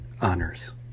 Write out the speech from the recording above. Honors